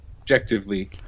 Objectively